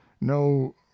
no